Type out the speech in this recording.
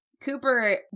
Cooper